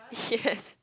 yes